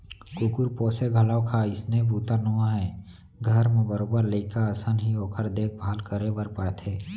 कुकुर पोसे घलौक ह अइसने बूता नोहय घर म बरोबर लइका असन ही ओकर देख भाल करे बर परथे